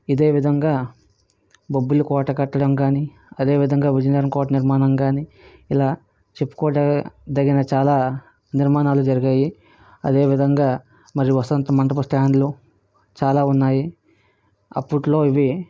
ఇదేవిధంగా బొబ్బిలి కోట కట్టడం కానీ అదేవిధంగా విజయనగరం కోట నిర్మాణం కానీ ఇలా చెప్పుకోవటం దగిన చాలా నిర్మాణాలు జరిగాయి అదే విధంగా మరి వసంత మండపం స్టాండ్లు చాలా ఉన్నాయి అప్పుట్లో ఇవి